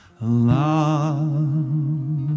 love